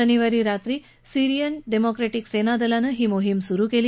शनिवारी रात्री Syrian democratic सेनादलानं ही मोहीम सुरू केली